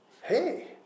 hey